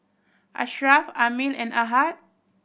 Ashraff Ammir and Ahad